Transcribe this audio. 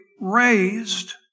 raised